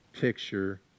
picture